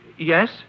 Yes